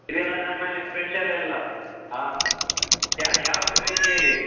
ಇದೆಲ್ಲ ನಮ್ಮಲ್ಲಿ ಸ್ಪೆಷಲ್ ಎಲ್ಲಾ ಹಾಂ ಯಾ ಯಾವ್ದು ಬೇಕು ಹೇಳಿ